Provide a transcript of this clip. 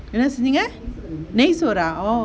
என்ன செஞ்சீங்க:enna senjeenga oh